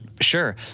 Sure